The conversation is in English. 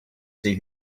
see